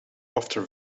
after